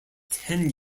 ten